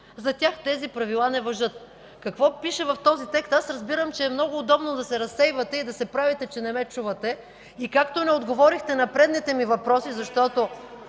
За тях тези правила не важат. Какво пише в този текст? (Шум и реплики от ГЕРБ.) Аз разбирам, че е много удобно да се разсейвате и да се правите, че не ме чувате. И както не отговорихте на предните ми въпроси, защото